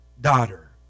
daughter